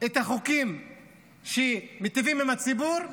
את החוקים שמיטיבים עם הציבור.